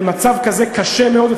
במצב כזה קשה מאוד,